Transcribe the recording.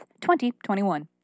2021